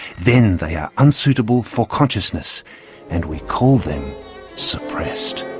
then they are unsuitable for consciousness and we call them suppressed.